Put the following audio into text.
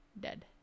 Dead